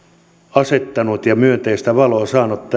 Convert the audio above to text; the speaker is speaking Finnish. asettanut ja myönteistä valoa saanut